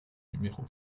numéro